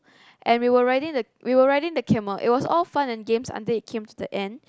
and we were riding we were riding the camel it was all fun and games until it came to the end